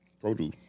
produce